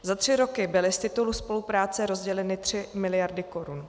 Za tři roky byly z titulu spolupráce rozděleny 3 miliardy korun.